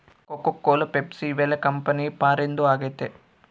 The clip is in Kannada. ಕೋಕೋ ಕೋಲ ಪೆಪ್ಸಿ ಇವೆಲ್ಲ ಕಂಪನಿ ಫಾರಿನ್ದು ಆಗೈತೆ